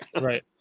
right